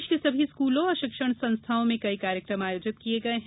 प्रदेश के सभी स्कूलों और शिक्षण संस्थानों में कई कार्यक्रम आयोजित किए गए हैं